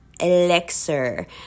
elixir